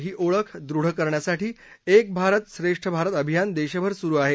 ही ओळख दृढ करण्यासाठी एक भारत श्रेष्ठ भारत अभियान देशभर सुरू आहे